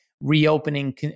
reopening